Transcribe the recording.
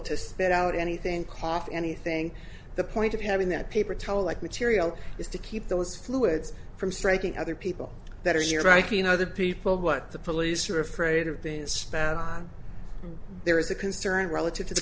stand out anything cough anything the point of having that paper towel like material is to keep those fluids from striking other people that are your writing other people what the police are afraid of being spent on there is a concern relative to the